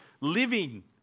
living